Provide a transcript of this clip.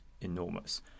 enormous